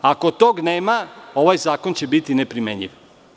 Ako toga nema, ovaj zakon će biti neprimenjiv.